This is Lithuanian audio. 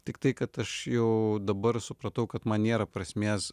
tiktai kad aš jau dabar supratau kad man nėra prasmės